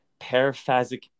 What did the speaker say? paraphasic